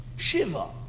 Shiva